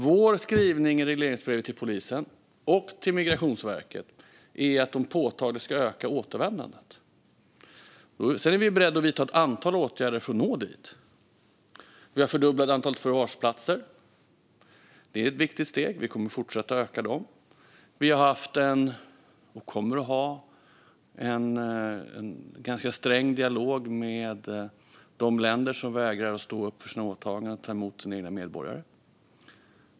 Vår skrivning i regleringsbrevet till polisen och till Migrationsverket är att de påtagligt ska öka återvändandet. Sedan är vi beredda att vidta ett antal åtgärder för att nå dit. Vi har fördubblat antalet förvarsplatser. Det är ett viktigt steg. Vi kommer att fortsätta öka dem. Vi har haft och kommer att ha en ganska sträng dialog med de länder som vägrar stå upp för sina åtaganden och ta emot sina egna medborgare.